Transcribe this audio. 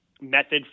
method